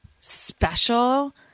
special